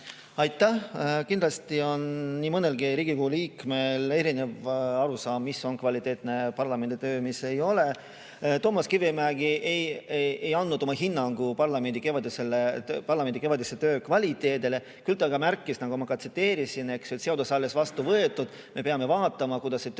Aitäh! Kindlasti on Riigikogu liikmetel erinev arusaam, mis on kvaliteetne parlamendi töö ja mis ei ole. Toomas Kivimägi ei andnud oma hinnangut parlamendi kevadise töö kvaliteedile. Küll aga ta märkis, nagu ma tsiteerisin, et seadus on alles vastu võetud ja me peame vaatama, kuidas see